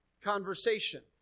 conversation